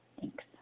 Thanks